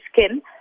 skin